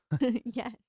Yes